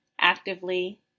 actively